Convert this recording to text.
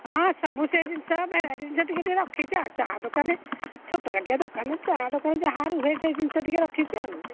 ହଁ ସବୁ ସେଇ ଜିନିଷ ଭେରାଇଟି ଜିନିଷ ଟିକେ ଟିକେ ରଖିଛି ଆଉ ଚାହା ଦୋକାନରେ ଛୋଟକାଟିଆ ଦୋକାନ ଚା' ଦୋକାନ ଯାହା ରୁହେ ସେଇ ଜିନିଷ ଟିକେ ରଖିଛି ଆଉ